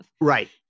Right